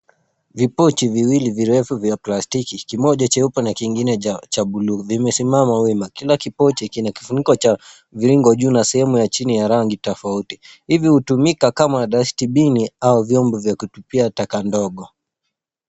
Vipochi viwili virefu vya plastiki , kimoja cheupe na kingine cha buluu. Vimesimama wima. Kila kipochi kina kifuniko cha mviringo juu na sehemu ya chini ya rangi tofauti. Hivi hutumika kama dustbin au vyombo vya kutupia taka ndogo.